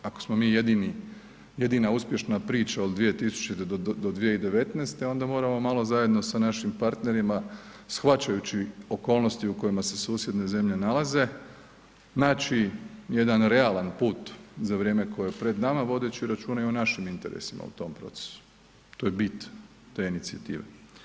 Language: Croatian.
Ako smo mi jedina uspješna priča od 2000. do 2019. onda moramo malo zajedno sa našim partnerima shvaćajući okolnosti u kojima se susjedne zemlje nalaze, naći jedan realan put za vrijeme koje je pred nama vodeći računa i o našim interesima u tom procesu, to je bit te inicijative.